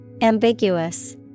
Ambiguous